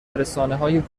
رسانههای